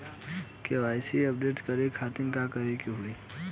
KYC update करे के खातिर का करे के होई?